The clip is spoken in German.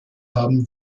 haben